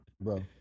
Bro